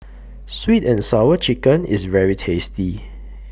Sweet and Sour Chicken IS very tasty